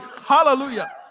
Hallelujah